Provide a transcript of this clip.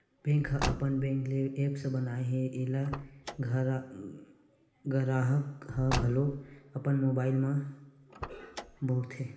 bank ह अपन bank के ऐप्स बनाए हे एला गराहक ह घलोक अपन मोबाइल म बउरथे